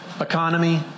economy